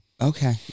Okay